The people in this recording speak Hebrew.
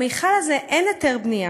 למכל הזה אין היתר בנייה.